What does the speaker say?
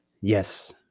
Yes